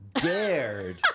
dared